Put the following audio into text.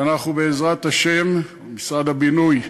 ובעזרת השם, משרד הבינוי,